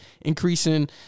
increasing